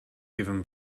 given